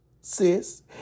sis